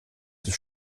des